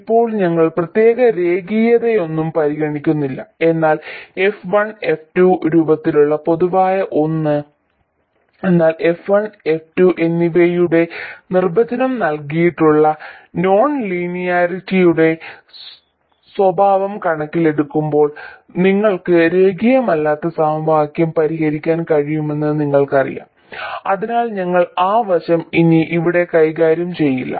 ഇപ്പോൾ ഞങ്ങൾ പ്രത്യേക രേഖീയതയൊന്നും പരിഗണിക്കുന്നില്ല എന്നാൽ f1 f2 രൂപത്തിലുള്ള പൊതുവായ ഒന്ന് എന്നാൽ f1 f2 എന്നിവയുടെ നിർവചനം നൽകിയിട്ടുള്ള നോൺ ലീനിയാരിറ്റിയുടെ സ്വഭാവം കണക്കിലെടുക്കുമ്പോൾ നിങ്ങൾക്ക് രേഖീയമല്ലാത്ത സമവാക്യം പരിഹരിക്കാൻ കഴിയുമെന്ന് നിങ്ങൾക്കറിയാം അതിനാൽ ഞങ്ങൾ ആ വശം ഇനി ഇവിടെ കൈകാര്യം ചെയ്യുന്നില്ല